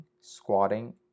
squatting